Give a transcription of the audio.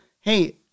hey